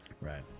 right